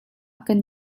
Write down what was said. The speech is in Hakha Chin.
kan